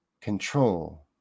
control